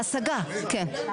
בהשגה, כן.